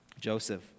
Joseph